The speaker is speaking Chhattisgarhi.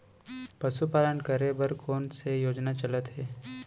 पशुपालन करे बर कोन से योजना चलत हे?